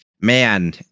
Man